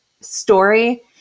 story